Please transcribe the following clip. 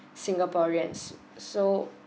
singaporeans so